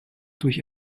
durch